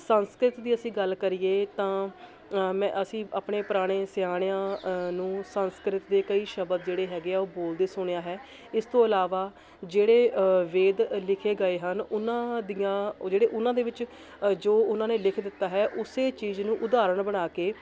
ਸੰਸਕ੍ਰਿਤ ਦੀ ਅਸੀਂ ਗੱਲ ਕਰੀਏ ਤਾਂ ਅ ਮੈਂ ਅਸੀਂ ਆਪਣੇ ਪੁਰਾਣੇ ਸਿਆਣਿਆਂ ਅ ਨੂੰ ਸੰਸਕ੍ਰਿਤ ਦੇ ਕਈ ਸ਼ਬਦ ਜਿਹੜੇ ਹੈਗੇ ਆ ਉਹ ਬੋਲਦੇ ਸੁਣਿਆ ਹੈ ਇਸ ਤੋਂ ਇਲਾਵਾ ਜਿਹੜੇ ਵੇਦ ਅ ਲਿਖੇ ਗਏ ਹਨ ਉਹਨਾਂ ਦੀਆਂ ਉਹ ਜਿਹੜੇ ਉਹਨਾਂ ਦੇ ਵਿੱਚ ਅ ਜੋ ਉਹਨਾਂ ਨੇ ਲਿਖ ਦਿੱਤਾ ਹੈ ਉਸੇ ਚੀਜ਼ ਨੂੰ ਉਦਾਹਰਣ ਬਣਾ ਕੇ